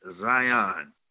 Zion